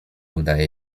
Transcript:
udaje